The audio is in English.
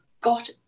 got